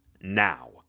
Now